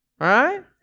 right